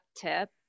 tip